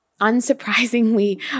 unsurprisingly